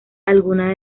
algunas